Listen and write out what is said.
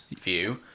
view